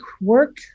work